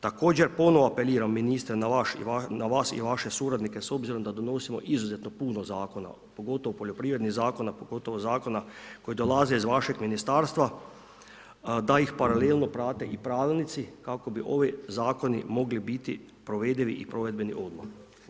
Također ponovno apeliram ministre na vas i vaše suradnike, s obzirom da donosimo izuzetno puno zakona pogotovo poljoprivrednih zakona, pogotovo zakona koji dolaze iz vašeg ministarstva da ih paralelno prate i pravilnici, kako bi ovi zakoni mogli biti provedivi i provedbeni odmah.